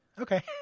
okay